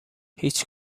هیچ